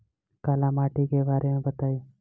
काला माटी के बारे में बताई?